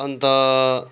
अन्त